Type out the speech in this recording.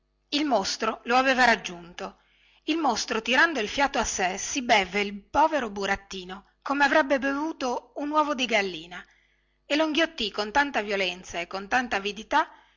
il mostro lo aveva raggiunto il mostro tirando il fiato a sé si bevve il povero burattino come avrebbe bevuto un uovo di gallina e lo inghiottì con tanta violenza e con tanta avidità